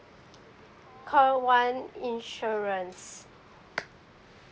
call one insurance